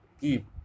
keep